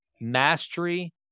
mastery